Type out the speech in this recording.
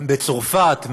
בצרפת,